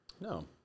No